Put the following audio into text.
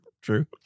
True